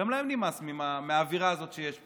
גם להם נמאס מהאווירה הזאת שיש פה.